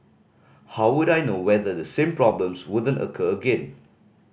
how would I know whether the same problems wouldn't occur again